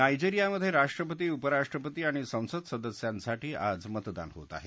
नायजेरियामध्ये राष्ट्रपती उपराष्ट्रपती आणि संसद सदस्यांसाठी आज मतदान होत आहे